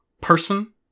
person